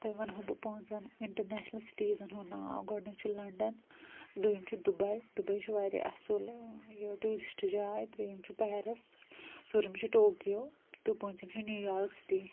تۄہہِ وَنہو بہٕ پانٛژَن اِنٹَرنیشنَل سِٹیٖزَن ہُنٛد ناو گۄڈٕنیٛک چھُ لنٛدن دوٚیِم چھُ دُبٔی دُبٔی چھِ واریاہ اصٕل ٲں یہِ ٹیٛوٗرِسٹہٕ جاے ترٛیٚیِم چھُ پیرَس ژوٗرِم چھُ ٹوکِیو تہٕ پٲنٛژِم چھُ نیٛوٗیارٕک سِٹی